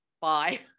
bye